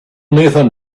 nathan